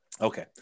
Okay